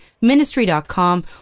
ministry.com